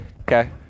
Okay